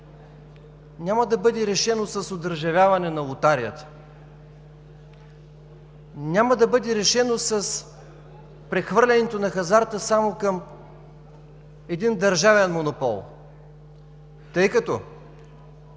няма да бъде решено с одържавяване на лотарията, няма да бъде решено с прехвърлянето на хазарта само към един държавен монопол, тъй като,